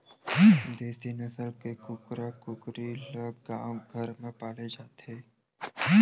देसी नसल के कुकरा कुकरी ल गाँव घर म पाले जाथे